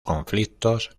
conflictos